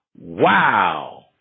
Wow